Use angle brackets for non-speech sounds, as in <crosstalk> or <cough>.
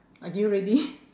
are you ready <breath>